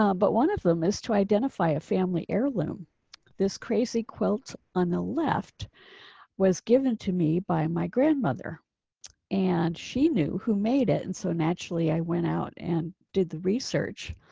um but one of them is to identify a family heirloom this crazy quilt on the left was given to me by my grandmother and she knew who made it. and so, naturally, i went out and did the research.